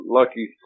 lucky